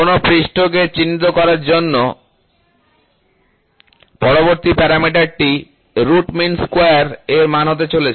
কোনও পৃষ্ঠকে চিহ্নিত করার জন্য পরবর্তী প্যারামিটারটি রুট মিন স্কোয়ার এর মান হতে চলেছে